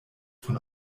von